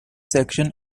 section